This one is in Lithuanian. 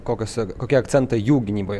kokiose kokie akcentai jų gynyboje